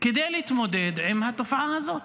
להתמודד עם התופעה הזאת.